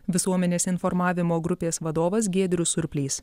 visuomenės informavimo grupės vadovas giedrius surplys